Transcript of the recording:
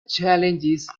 challenges